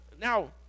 now